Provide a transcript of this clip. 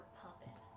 puppet